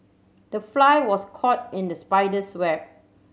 the fly was caught in the spider's web